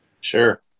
Sure